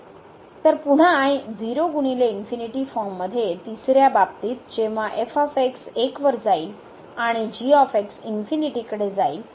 तर पुन्हा फॉर्ममध्ये तिसर्या बाबतीत जेव्हा 1 वर जाईल आणि g कडे जाईल